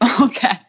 Okay